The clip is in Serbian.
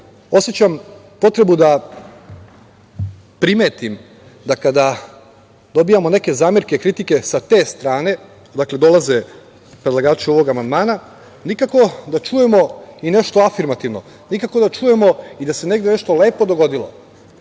osećam potrebu da primetim da kada dobijamo neke zamerke, kritike sa te strane, dakle dolaze predlagači ovog amandmana, nikako da čujemo i nešto afirmativno, nikako da čujemo i da se negde nešto lepo dogodilo.